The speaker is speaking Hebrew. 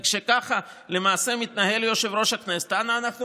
וכשככה למעשה מתנהל יושב-ראש הכנסת, אנה אנו באים?